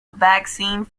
vaccine